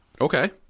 Okay